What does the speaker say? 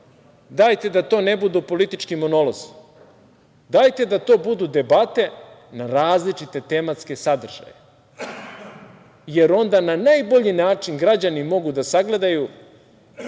dajte da to ne budu politički monolozi, dajte da to budu debate na različite tematske sadržaje, jer onda na najbolji način građanin mogu da sagledaju